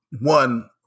one